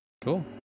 cool